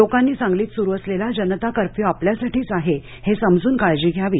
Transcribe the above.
लोकांनी सांगलीत सुरू असलेला जनता कर्फ्यु आपल्यासाठीच आहे हे समजून काळजी घ्यावी